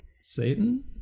satan